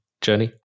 journey